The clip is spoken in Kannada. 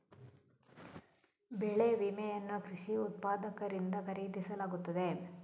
ಬೆಳೆ ವಿಮೆಯನ್ನು ಕೃಷಿ ಉತ್ಪಾದಕರಿಂದ ಖರೀದಿಸಲಾಗುತ್ತದೆ